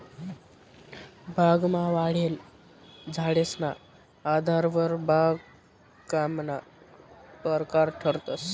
बागमा वाढेल झाडेसना आधारवर बागकामना परकार ठरतंस